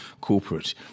corporate